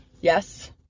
Yes